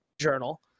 journal